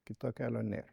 kito kelio nėr